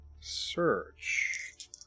search